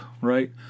right